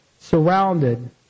surrounded